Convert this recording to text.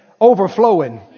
overflowing